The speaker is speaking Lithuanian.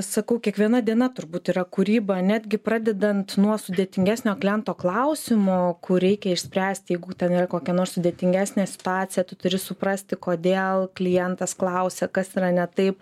sakau kiekviena diena turbūt yra kūryba netgi pradedant nuo sudėtingesnio kliento klausimo kur reikia išspręsti jeigu ten yra kokia nors sudėtingesnė situacija tu turi suprasti kodėl klientas klausia kas yra ne taip